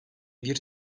bir